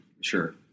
Sure